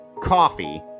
coffee